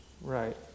Right